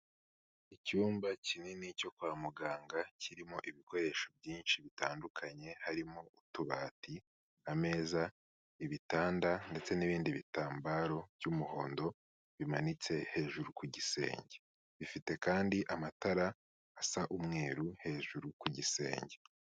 Icyumba kinini cyo kwa muganga kirimo ibikoresho byinshi bitandukanye harimo; utubati, ameza, ibitanda ndetse n'ibindi bitambaro by'umuhondo bimanitse hejuru ku gisenge, bifite kandi amatara asa umweru hejuru ku gisenge.